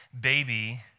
baby